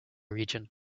region